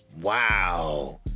Wow